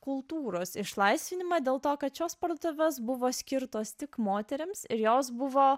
kultūros išlaisvinimą dėl to kad šios parduotuvės buvo skirtos tik moterims ir jos buvo